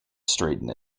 straighten